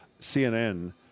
CNN